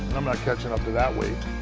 i'm not catching up to that weight.